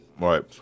right